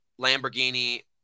Lamborghini